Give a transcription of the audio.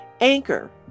Anchor